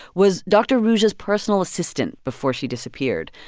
was dr. ruja's personal assistant before she disappeared.